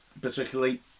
particularly